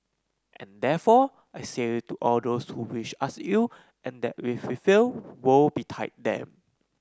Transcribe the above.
and therefore I say to all those who wish us ill and that if we fail woe betide them